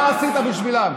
מה עשית בשבילם?